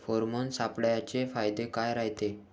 Pheromone सापळ्याचे फायदे काय रायते?